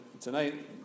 tonight